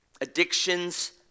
addictions